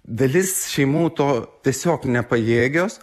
dalis šeimų to tiesiog nepajėgios